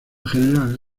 general